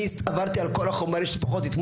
אני עברתי על כל החומרים שלפחות אתמול